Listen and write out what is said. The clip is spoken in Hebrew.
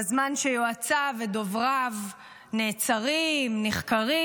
בזמן שיועציו ודובריו נעצרים, נחקרים,